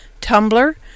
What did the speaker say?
Tumblr